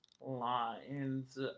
lines